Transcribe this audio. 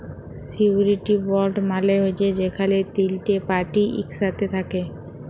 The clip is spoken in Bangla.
সিওরিটি বল্ড মালে হছে যেখালে তিলটে পার্টি ইকসাথে থ্যাকে